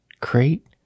create